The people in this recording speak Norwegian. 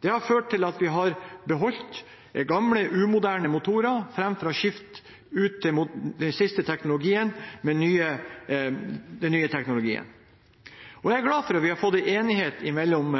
Det har ført til at vi har beholdt gamle, umoderne motorer framfor å skifte ut med den siste, nye teknologien. Jeg er glad for at vi har fått en enighet mellom